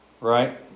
right